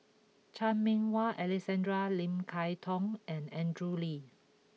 Chan Meng Wah Alexander Lim Kay Tong and Andrew Lee